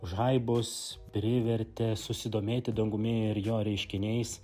žaibus privertė susidomėti dangumi ir jo reiškiniais